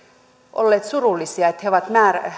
olleet surullisia että he ovat